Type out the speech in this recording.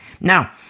Now